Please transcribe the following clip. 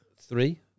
Three